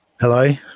Hello